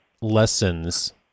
lessons